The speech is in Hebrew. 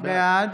בעד